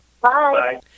Bye